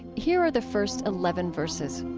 here are the first eleven verses